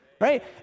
right